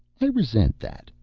i resent that.